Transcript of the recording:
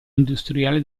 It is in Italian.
industriale